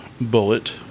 Bullet